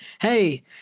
hey